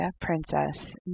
princess